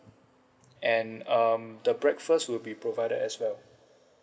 and um the breakfast will be provided as well